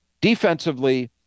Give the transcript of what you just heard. Defensively